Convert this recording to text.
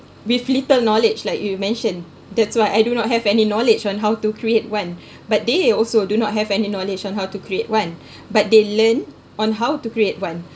with little knowledge like you mentioned that's why I do not have any knowledge on how to create one but they also do not have any knowledge on how to create one but they learnt on how to create one